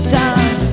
time